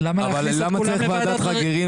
אבל למה צריך ועדת חריגים?